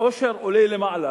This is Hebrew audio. העושר עולה למעלה,